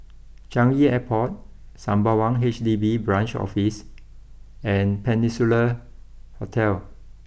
Changi Airport Sembawang H D B Branch Office and Peninsula Hotel